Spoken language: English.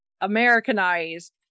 Americanized